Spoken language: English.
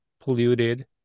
polluted